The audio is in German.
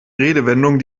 redewendungen